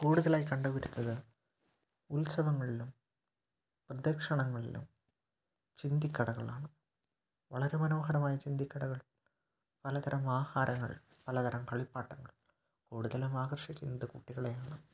കൂടുതലായി കണ്ടുവരുത്തത് ഉത്സവങ്ങളിലും പ്രതക്ഷണങ്ങളിലും ചന്തക്കടകളിലാണ് വളരെ മനോഹരമായ ചന്തക്കടകളിൽ പലതരം ആഹാരങ്ങൾ പലതരം കളിപ്പാട്ടങ്ങൾ കൂടുതലും ആകർഷിക്കുന്നത് കുട്ടികളെയാണ്